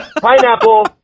Pineapple